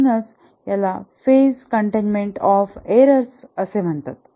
म्हणूनच याला phase containment of errors असे म्हणतात